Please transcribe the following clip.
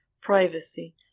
privacy